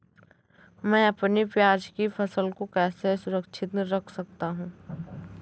मैं अपनी प्याज की फसल को कैसे सुरक्षित रख सकता हूँ?